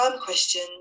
question